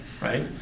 right